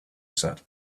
said